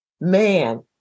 man